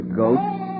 goats